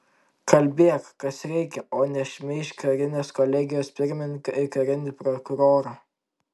kalbėk kas reikia o ne šmeižk karinės kolegijos pirmininką ir karinį prokurorą